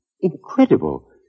Incredible